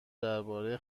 درباره